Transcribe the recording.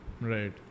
Right